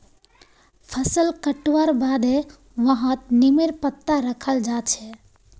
फसल कटवार बादे वहात् नीमेर पत्ता रखाल् जा छे